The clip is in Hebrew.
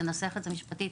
לנסח את זה משפטית,